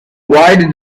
why